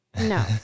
No